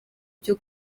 cyo